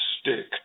stick